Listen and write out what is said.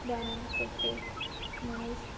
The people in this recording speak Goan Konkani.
दयानंद सोपटे महेश